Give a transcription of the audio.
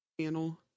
channel